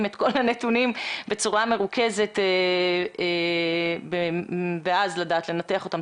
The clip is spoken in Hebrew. את כל הנתונים בצורה מרוכזת ואז לדעת לנתח אותם.